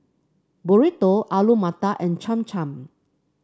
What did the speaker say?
Burrito Alu Matar and Cham Cham